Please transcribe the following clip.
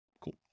Cool